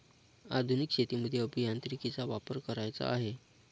आधुनिक शेतीमध्ये अभियांत्रिकीचा वापर करायचा आहे